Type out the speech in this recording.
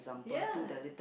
ya